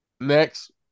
Next